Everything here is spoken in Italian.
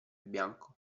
bianco